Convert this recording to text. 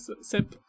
sip